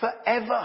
forever